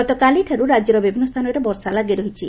ଗତକାଲିଠାରୁ ରାଜ୍ୟର ବିଭିନ୍ନ ସ୍ଥାନରେ ବର୍ଷା ଲାଗିରହିଛି